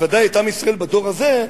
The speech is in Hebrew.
בוודאי את עם ישראל בדור הזה,